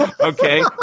Okay